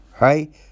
right